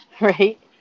right